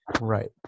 Right